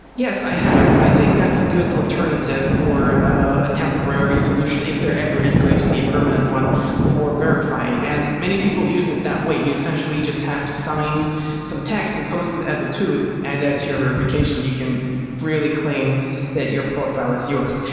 yes, i have. i think that's a good alternative or a temporary solution if there ever is going to be a permanent one for verifying, and many people use it that way. you essentially just have to sign some texts and post it as a toot and that's your verification. you can really claim that your profile is yours.